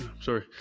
sorry